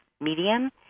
medium